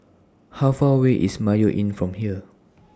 How Far away IS Mayo Inn from here